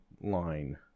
line